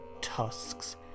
tusks